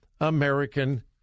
American